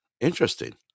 Interesting